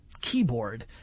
keyboard